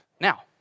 Now